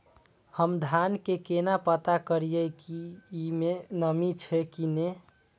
हम धान के केना पता करिए की ई में नमी छे की ने?